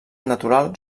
natural